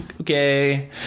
Okay